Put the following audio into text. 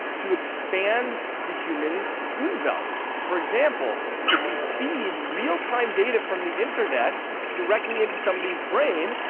to expand the human umvelt? for example, could we feed real-time data from the internet directly into somebody's brain,